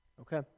Okay